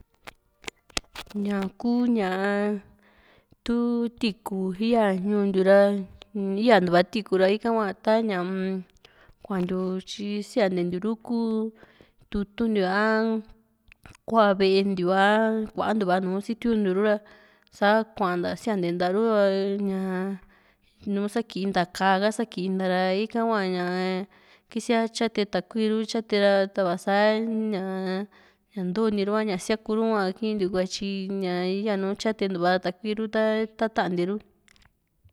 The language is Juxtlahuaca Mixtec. ñaa kuu ñaa tuu tiikú yaa ñuu ntiu ra yaantua tiikú ra ika hua ta´ñaa kuatiu tyi siantentiu ru kuu tutu´n ntiu a kuaa ve´e ntiu a kuantuva nùù sitiuntiu ru ra sa kuanta siante nta ru´ra ñaa nu sakinta ka´a sa kinta ra ika hua ñaa kisia tyate takui ru tyate ra ta va´a sa ñaa ña ntooni ru a ña siakuru hua kintiuu kuaa tyi yanu tyanteuu va takui ru ta ta tantee ru